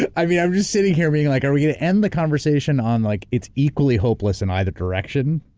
and i mean, i'm just sitting here being like, are we gonna end the conversation on like, it's equally hopeless in either direction?